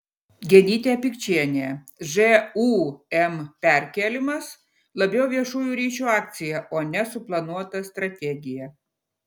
genytė pikčienė žūm perkėlimas labiau viešųjų ryšių akcija o ne suplanuota strategija